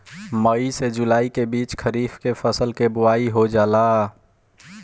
मई से जुलाई के बीच खरीफ के फसल के बोआई हो जाला